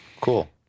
Cool